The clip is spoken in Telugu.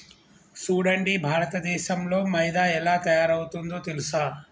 సూడండి భారతదేసంలో మైదా ఎలా తయారవుతుందో తెలుసా